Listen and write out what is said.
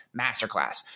masterclass